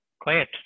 quiet